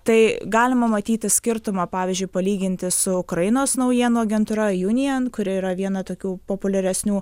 tai galima matyti skirtumą pavyzdžiui palyginti su ukrainos naujienų agentūra unian kuri yra viena tokių populiaresnių